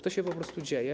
To się po prostu dzieje.